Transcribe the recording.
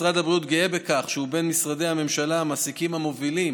משרד הבריאות גאה בכך שהוא בין משרדי הממשלה והמעסיקים המובילים